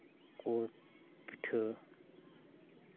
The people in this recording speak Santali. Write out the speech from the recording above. ᱩᱱᱠᱩ ᱠᱚ ᱯᱤᱴᱷᱟᱹ